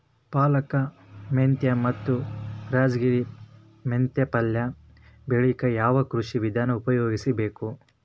ಪಾಲಕ, ಮೆಂತ್ಯ ಮತ್ತ ರಾಜಗಿರಿ ತೊಪ್ಲ ಪಲ್ಯ ಬೆಳಿಲಿಕ ಯಾವ ಕೃಷಿ ವಿಧಾನ ಉಪಯೋಗಿಸಿ ಬೇಕು?